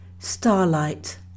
starlight